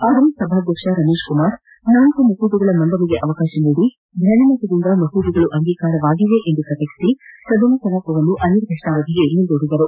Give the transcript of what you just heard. ಆದರೆ ಸಭಾಧ್ಯಕ್ಷ ರಮೇಶ್ ಕುಮಾರ್ ನಾಲ್ಕು ಮಸೂದೆಗಳ ಮಂಡನೆಗೆ ಅವಕಾಶ ನೀದಿ ಧ್ವನಿಮತದಿಂದ ಮಸೂದೆಗಳು ಅಂಗೀಕಾರವಾಗಿವೆ ಎಂದು ಪ್ರಕಟಿಸಿ ಸದನ ಕಲಾಪವನ್ನು ಅನಿರ್ದಿಷ್ಟಾವಧಿಗೆ ಮುಂದೂಡಿದರು